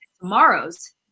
tomorrow's